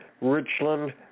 Richland